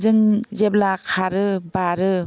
जोंनि जेब्ला खारो बारो